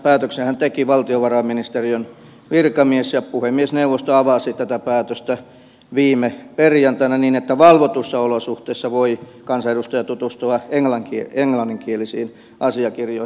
päätöksenhän teki valtiovarainministeriön virkamies ja puhemiesneuvosto avasi tätä päätöstä viime perjantaina niin että valvotuissa olosuhteissa voi kansanedustaja tutustua englanninkielisiin asiakirjoihin